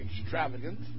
extravagant